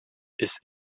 ist